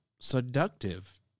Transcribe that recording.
seductive